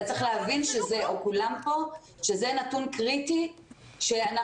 אתה צריך להבין שזה נתון קריטי שאנחנו